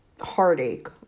heartache